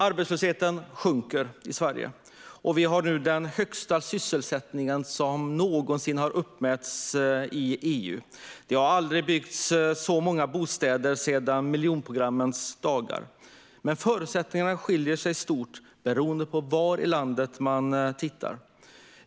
Arbetslösheten sjunker i Sverige. Vi har nu den högsta sysselsättning som någonsin har uppmätts i EU. Det har aldrig byggts så många bostäder sedan miljonprogrammets dagar. Men förutsättningarna skiljer sig stort beroende på var i landet man tittar.